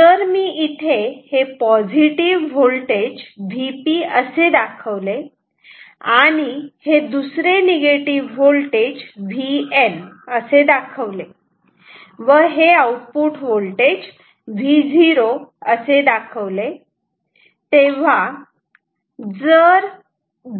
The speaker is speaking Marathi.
जर मी इथे हे पॉझिटिव होल्टेज Vp असे दाखवले आणि हे दुसरे निगेटिव्ह होल्टेज Vn असे दाखवले व हे आउटपुट होल्टेज Vo असे दाखवले तेव्हा जर